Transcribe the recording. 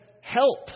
help